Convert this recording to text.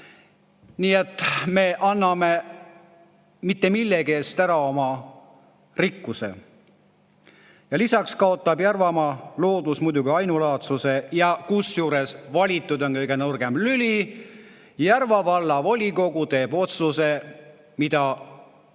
Nii et me anname mitte millegi eest ära oma rikkuse ja lisaks kaotab Järvamaa loodus muidugi ainulaadsuse. Kusjuures on valitud kõige nõrgem lüli. Järva valla volikogu teeb otsuse, mida hiljem